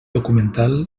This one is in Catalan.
documental